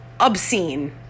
obscene